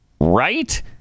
Right